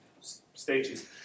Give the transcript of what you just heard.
stages